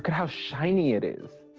how shiny it is.